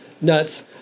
nuts